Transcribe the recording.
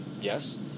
Yes